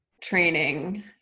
training